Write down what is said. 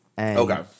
Okay